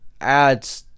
adds